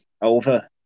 Over